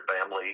family